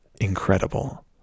incredible